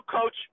coach